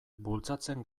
bultzatzen